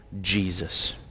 Jesus